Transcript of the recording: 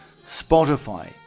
spotify